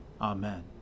Amen